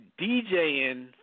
DJing